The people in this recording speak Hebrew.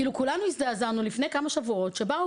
כולנו הזדעזענו לפני כמה שבועות שבאו